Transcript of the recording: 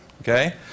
Okay